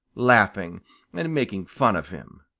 laughing and making fun of him.